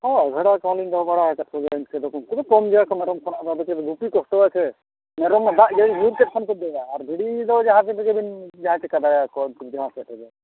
ᱦᱳᱭ ᱵᱷᱮᱰᱟ ᱠᱚᱦᱚᱸᱞᱤᱧ ᱫᱚᱦᱚ ᱵᱟᱲᱟ ᱟᱠᱟᱫ ᱠᱚᱜᱮᱭᱟ ᱩᱱᱠᱩ ᱫᱚ ᱠᱚᱢ ᱜᱮᱭᱟ ᱠᱚ ᱢᱮᱨᱚᱢ ᱠᱷᱚᱱᱟᱜ ᱫᱚ ᱟᱫᱚ ᱪᱮᱫ ᱜᱩᱯᱤ ᱠᱚᱥᱴᱚ ᱟᱥᱮ ᱢᱮᱨᱚᱢ ᱢᱟ ᱫᱟᱜ ᱡᱟᱹᱲᱤ ᱦᱩᱭ ᱠᱮᱜ ᱠᱷᱟᱱ ᱠᱚ ᱫᱟᱹᱲᱟ ᱟᱨ ᱵᱷᱤᱰᱤ ᱫᱚ ᱡᱟᱦᱟᱸ ᱛᱤᱱ ᱨᱮᱜᱮ ᱵᱤᱱ ᱡᱟᱦᱟᱸ ᱪᱤᱠᱟᱹ ᱫᱟᱲᱮᱭᱟᱠᱚ ᱩᱱᱠᱩ ᱡᱟᱦᱟᱸ ᱥᱮᱫ ᱨᱮᱜᱮ